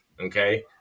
Okay